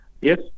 Yes